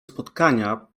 spotkania